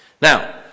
Now